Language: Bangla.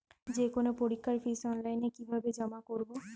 যে কোনো পরীক্ষার ফিস অনলাইনে কিভাবে জমা করব?